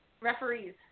referees